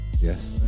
Yes